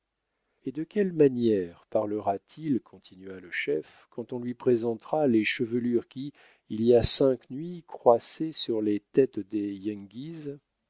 et de quelle manière parlera t il continua le chef quand on lui présentera les chevelures qui il y a cinq nuits croissaient sur les têtes des